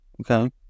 okay